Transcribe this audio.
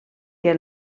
que